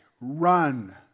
run